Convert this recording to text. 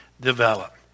develop